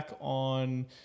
on